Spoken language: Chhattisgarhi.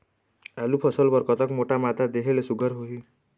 आलू फसल बर कतक मोटा मादा देहे ले सुघ्घर होही?